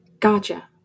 Gotcha